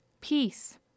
peace